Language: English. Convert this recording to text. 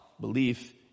belief